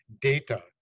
data